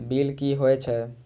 Bill की हौए छै?